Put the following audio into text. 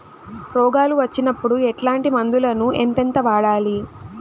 రోగాలు వచ్చినప్పుడు ఎట్లాంటి మందులను ఎంతెంత వాడాలి?